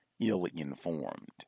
ill-informed